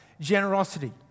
generosity